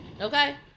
Okay